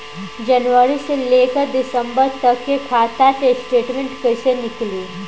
जनवरी से लेकर दिसंबर तक के खाता के स्टेटमेंट कइसे निकलि?